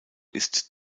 ist